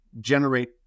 generate